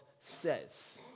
says